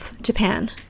Japan